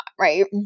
right